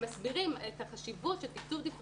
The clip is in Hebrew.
אנחנו מסבירים את החשיבות של תקצוב דיפרנציאלי.